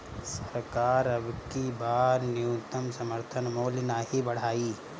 सरकार अबकी बार न्यूनतम समर्थन मूल्य नाही बढ़ाई